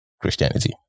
Christianity